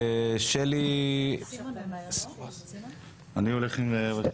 סימון, בבקשה.